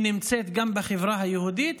והיא נמצאת גם בחברה היהודית,